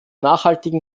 nachhaltigen